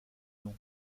nom